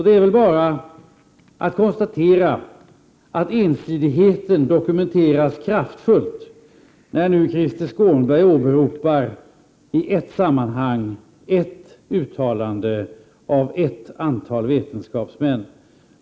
Det är väl bara att konstatera att ensidigheten dokumenteras kraftfullt när Krister Skånberg i ett sammanhang åberopar ett uttalande av ett antal vetenskapsmän.